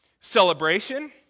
celebration